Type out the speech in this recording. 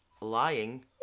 lying